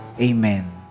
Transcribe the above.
Amen